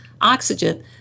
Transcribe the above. oxygen